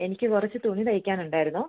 എനിക്ക് കുറച്ച് തുണി തയ്ക്കാൻ ഉണ്ടായിരുന്നു